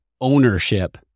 ownership